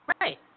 Right